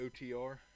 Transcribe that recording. OTR